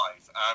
five